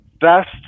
best